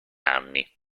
anni